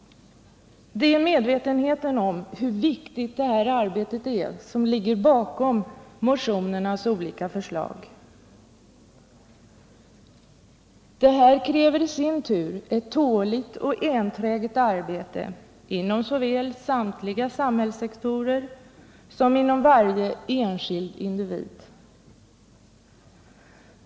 Det är medvetenheten om hur viktigt det här arbetet är som ligger bakom motionernas olika förslag. Dessa kräver i sin tur ett tåligt och enträget arbete såväl inom samtliga samhällssektorer som av varje enskild individ.